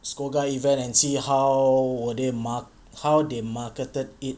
SCOGA event and see how were they mark~ how they marketed it